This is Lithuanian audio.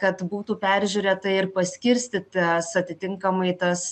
kad būtų peržiūrėta ir paskirstytas atitinkamai tas